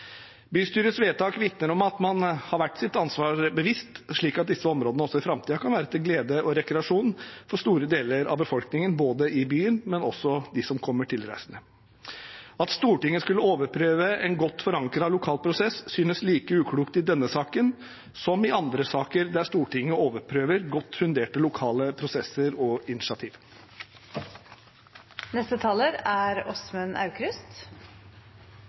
Bystyrets vedtak vitner om at man har vært seg sitt ansvar bevisst, slik at disse områdene også i framtiden kan være til glede og rekreasjon både for store deler av befolkningen i byen og for dem som kommer tilreisende. At Stortinget skulle overprøve en godt forankret lokal prosess, synes like uklokt i denne saken som i andre saker der Stortinget overprøver godt funderte lokale prosesser og